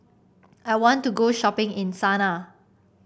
I want to go shopping in Sanaa